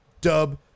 Dub